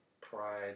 Pride